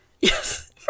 Yes